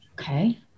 Okay